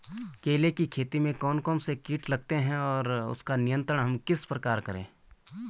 केले की खेती में कौन कौन से कीट लगते हैं और उसका नियंत्रण हम किस प्रकार करें?